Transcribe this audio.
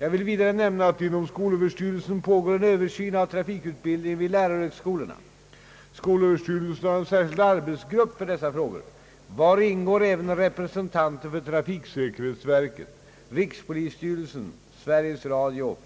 Jag vill vidare nämna att det inom skolöverstyrelsen pågår en översyn av trafikutbildningen vid lärarhögskolorna. Skolöverstyrelsen har en särskild arbetsgrupp för dessa frågor, vari ingår även representanter från trafiksäkerhetsverket, rikspolisstyrelsen, Sveriges Radio